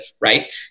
right